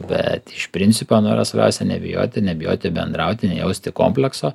bet iš principo nu yra svarbiausia nebijoti nebijoti bendrauti nejausti komplekso